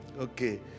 Okay